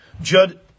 Judd